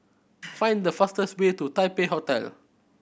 find the fastest way to Taipei Hotel